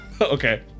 Okay